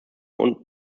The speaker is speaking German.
und